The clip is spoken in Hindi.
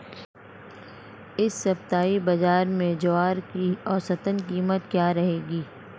इस सप्ताह बाज़ार में ज्वार की औसतन कीमत क्या रहेगी?